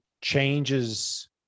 changes